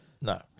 no